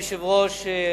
אדוני היושב-ראש,